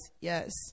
yes